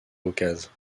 caucase